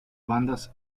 bandas